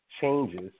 changes